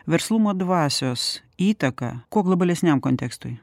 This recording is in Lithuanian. verslumo dvasios įtaką kuo globalesniam kontekstui